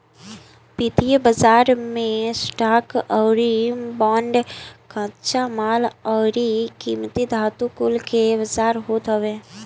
वित्तीय बाजार मे स्टॉक अउरी बांड, कच्चा माल अउरी कीमती धातु कुल के बाजार होत हवे